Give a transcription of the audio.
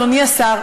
אדוני השר,